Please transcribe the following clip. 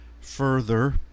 further